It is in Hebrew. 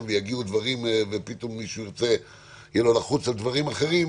ויגיעו דברים ופתאום מישהו יהיה לחוץ על דברים אחרים,